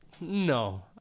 No